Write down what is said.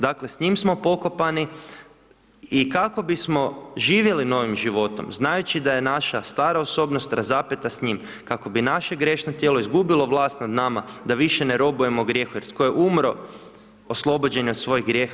Dakle, s njim smo pokopani i kako bismo živjeli novim životom, znajući da je naša stara osobnost razapeta s njim, kako bi naše grešno tijelo izgubilo vlast nad nama da više ne robujemo grijehu jer tko je umro oslobođen je od svojih grijeha.